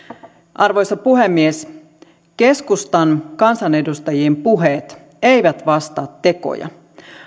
arvoisa puhemies keskustan kansanedustajien puheet eivät vastaa tekoja